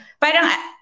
parang